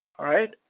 alright?